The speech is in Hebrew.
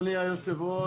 הדיון,